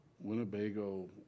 winnebago